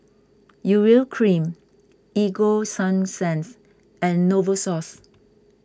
Urea Cream Ego Sunsense and Novosource